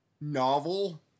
novel